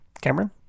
Cameron